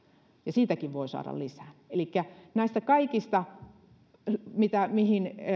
siitäkin voi saada lisän elikkä kun näistä kaikista mihin